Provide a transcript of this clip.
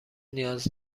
نیاز